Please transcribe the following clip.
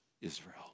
Israel